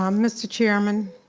um mr. chairman.